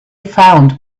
found